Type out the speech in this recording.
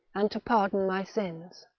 and to pardon my sins.